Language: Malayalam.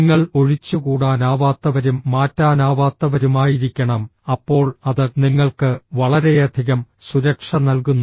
നിങ്ങൾ ഒഴിച്ചുകൂടാനാവാത്തവരും മാറ്റാനാവാത്തവരുമായിരിക്കണം അപ്പോൾ അത് നിങ്ങൾക്ക് വളരെയധികം സുരക്ഷ നൽകുന്നു